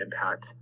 impact